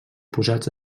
posats